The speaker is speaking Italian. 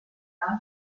altre